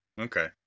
Okay